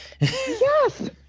Yes